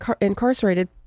incarcerated